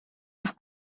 nach